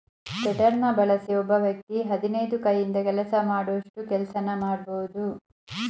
ಟೆಡರ್ನ ಬಳಸಿ ಒಬ್ಬ ವ್ಯಕ್ತಿ ಹದಿನೈದು ಕೈಯಿಂದ ಕೆಲಸ ಮಾಡೋಷ್ಟು ಕೆಲ್ಸನ ಮಾಡ್ಬೋದು